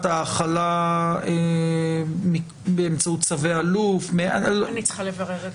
ההחלה באמצעות צווי אלוף -- אני צריכה לברר את זה.